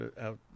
out